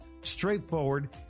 straightforward